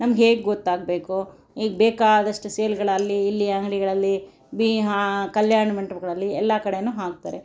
ನಮ್ಗೆ ಹೇಗೆ ಗೊತ್ತಾಗಬೇಕು ಈಗ ಬೇಕಾದಷ್ಟು ಸೇಲ್ಗಳು ಅಲ್ಲಿ ಇಲ್ಲಿ ಅಂಗಡಿಗಳಲ್ಲಿ ಬೀ ಹಾ ಕಲ್ಯಾಣಮಂಟಪಗಳಲ್ಲಿ ಎಲ್ಲ ಕಡೆನೂ ಹಾಕ್ತಾರೆ